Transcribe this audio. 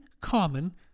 Common